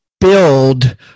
build